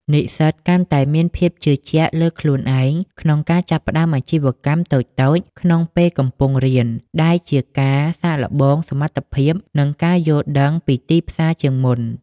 និស្សិតកាន់តែមានភាពជឿជាក់លើខ្លួនឯងក្នុងការចាប់ផ្ដើមអាជីវកម្មតូចៗក្នុងពេលកំពុងរៀន ដែលជាការសាកល្បងសមត្ថភាព និងការយល់ដឹងពីទីផ្សារជាមុន។